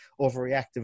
overreactive